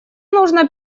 нужно